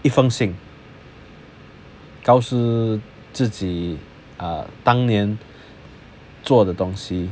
一封信告诉自己 uh 当年做的东西